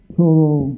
total